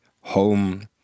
Home